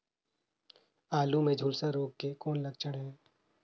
आलू मे झुलसा रोग के कौन लक्षण हे?